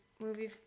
movie